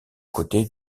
côté